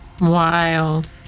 Wild